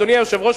אדוני היושב-ראש,